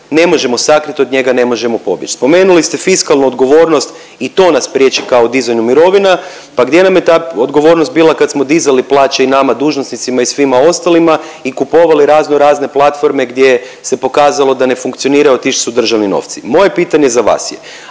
ne možemo sakrit, od njega ne možemo pobjeći. Spomenuli ste fiskalnu odgovornost i to nas priječi kao dizanju mirovina, pa gdje nam je tad odgovornost bila kad smo dizali plaće i nama dužnosnicima i svima ostalima i kupovali razno razne platforme gdje se pokazalo da ne funkcioniraju, a otišli su državni novci. Moje pitanje za vas je,